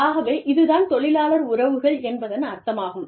ஆகவே இது தான் தொழிலாளர் உறவுகள் என்பதன் அர்த்தமாகும்